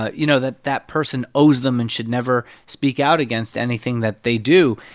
ah you know, that that person owes them and should never speak out against anything that they do.